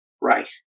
Right